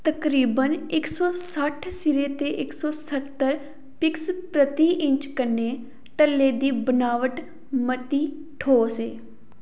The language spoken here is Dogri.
तकरीबन इक सौ सट्ठ सिरें ते इक सौ स्हत्तर पिक्स प्रति इंच कन्नै टल्ले दी बनावट मती ठोस ऐ